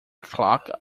clock